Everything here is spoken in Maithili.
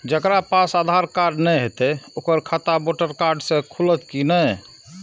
जकरा पास आधार कार्ड नहीं हेते ओकर खाता वोटर कार्ड से खुलत कि नहीं?